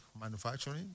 manufacturing